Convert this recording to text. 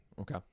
Okay